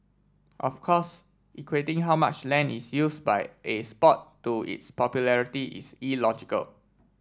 of course equating how much land is used by a sport to its popularity is illogical